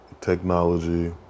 technology